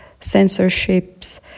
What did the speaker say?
censorships